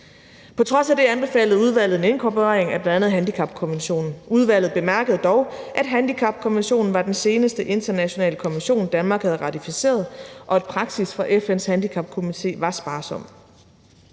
På trods af det anbefalede udvalget en inkorporering af bl.a. handicapkonventionen. Udvalget bemærkede dog, at handicapkonventionen var den seneste internationale konvention, Danmark havde ratificeret, og at praksis for FN's Handicapkomité var sparsom.